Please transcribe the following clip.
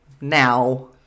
now